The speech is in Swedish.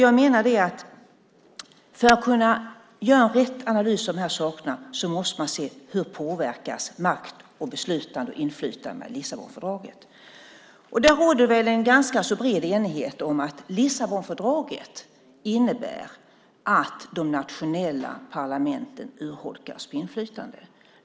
Jag menar att för att kunna göra en riktig analys av detta måste man se hur makt, beslutande och inflytande påverkas av Lissabonfördraget. Det råder ganska bred enighet om att Lissabonfördraget innebär att de nationella parlamenten urholkas på inflytande.